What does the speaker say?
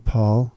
Paul